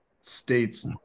state's